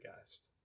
guest